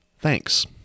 Thanks